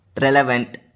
relevant